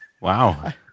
Wow